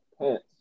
Pants